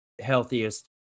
healthiest